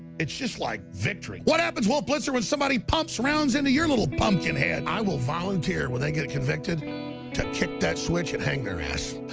it's just like victory. what happens, wolf blitzer, if somebody pumps around into your little pumpkin head? i will volunteer when they get convicted to kick that switch and hang their ass.